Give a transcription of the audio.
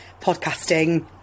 podcasting